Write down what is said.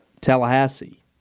Tallahassee